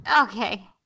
Okay